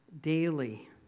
daily